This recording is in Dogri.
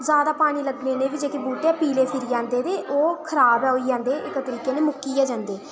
जैदा पानी लग्गने कन्नै बहूटे जैदा पीले फिरी जंदे ते ओह् खराब होई जंदे इक तरीके कन्नै मुक्की गै जंदे